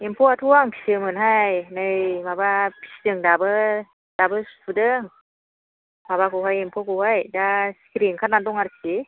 एम्फौआथ' आं फिसियोमोनहाय नै माबा फिसिदों दाबो दाबो सुदों माबाखौहाय एम्फौखौहाय दा सिखिरि ओंखारनानै दं आरोखि